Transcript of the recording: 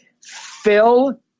Phil